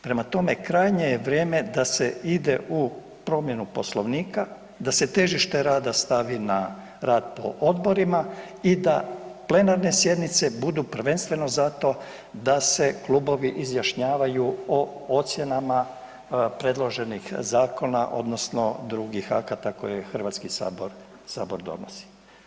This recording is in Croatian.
Prema tome, krajnje je vrijeme da se ide u promjenu Poslovnika, da se težište rada stavi na rad po odborima i da plenarne sjednice budu prvenstveno za to da se klubovi izjašnjavaju o ocjenama predloženih zakona odnosno drugih akata koje Hrvatski sabor donosi.